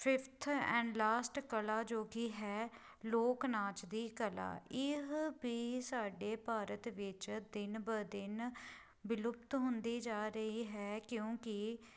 fifth and last ਕਲਾ ਜੋ ਕਿ ਹੈ ਲੋਕ ਨਾਚ ਦੀ ਕਲਾ ਇਹ ਵੀ ਸਾਡੇ ਭਾਰਤ ਵਿੱਚ ਦਿਨ ਬ ਦਿਨ ਵਿਲੁਪਤ ਹੁੰਦੀ ਜਾ ਰਹੀ ਹੈ ਕਿਉਂਕਿ